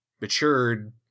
matured